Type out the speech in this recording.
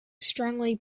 strongly